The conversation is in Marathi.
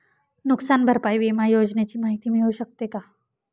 नुकसान भरपाई विमा योजनेची माहिती मिळू शकते का?